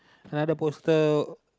another poster